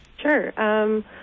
Sure